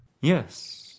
Yes